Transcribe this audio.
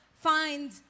find